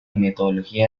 metodología